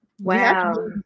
Wow